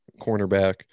cornerback